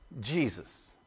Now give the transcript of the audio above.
Jesus